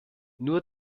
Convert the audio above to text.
nur